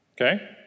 Okay